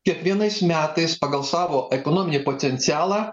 kiekvienais metais pagal savo ekonominį potencialą